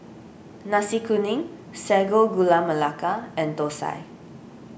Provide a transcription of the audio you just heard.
Nasi Kuning Sago Gula Melaka and Thosai